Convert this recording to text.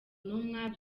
ntumwa